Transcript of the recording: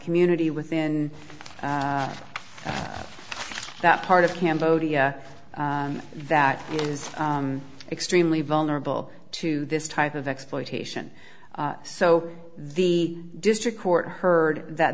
community within that part of cambodia that is extremely vulnerable to this type of exploitation so the district court heard that